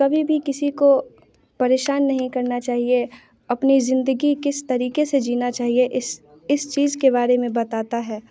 कभी भी किसी को परेशान नहीं करना चाहिए अपनी जिन्दगी किस तरीके से जीना चाहिए इस इस चीज के बारे में बताता है